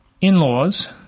in-laws